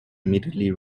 immediately